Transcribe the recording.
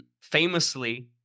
Famously